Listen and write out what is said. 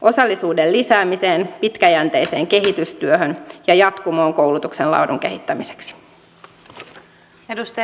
osallisuuden lisäämiseen pitkäjänteiseen kehitystyöhön ja jatkumoon koulutuksen laadun kehittämiseksi